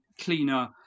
cleaner